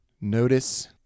notice